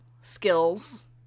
skills